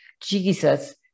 Jesus